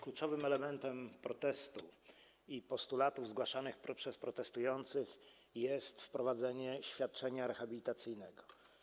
Kluczowym elementem protestu i postulatów zgłaszanych przez protestujących jest wprowadzenie świadczenia rehabilitacyjnego.